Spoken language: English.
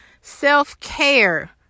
self-care